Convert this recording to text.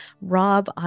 Rob